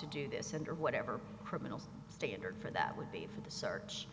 to do this and or whatever criminal standard for that would be for the search